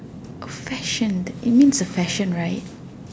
A fashion it means a fashion right